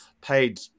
paid